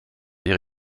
ihre